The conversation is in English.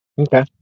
Okay